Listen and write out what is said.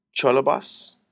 Cholobas